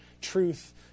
truth